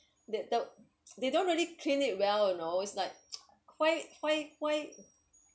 they they they don't really clean it well you know it's like quite quite quite